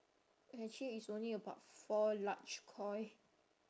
actually it's only about four large koi